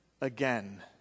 again